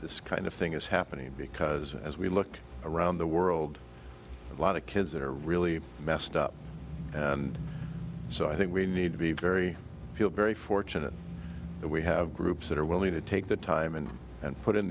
this kind of thing is happening because as we look around the world a lot of kids that are really messed up and so i think we need to be very feel very fortunate that we have groups that are willing to take the time and and put in